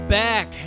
back